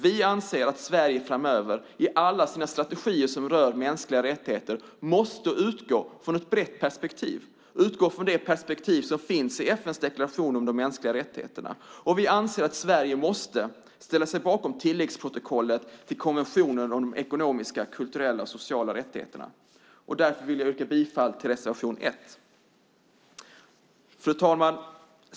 Vi anser att Sverige framöver i alla strategier som rör mänskliga rättigheter måste utgå från ett brett perspektiv, det perspektiv som finns i FN:s deklaration om de mänskliga rättigheterna, och vi anser att Sverige måste ställa sig bakom tilläggsprotokollet till konventionen om de ekonomiska, kulturella och sociala rättigheterna. Därför vill jag yrka bifall till reservation 1. Fru talman!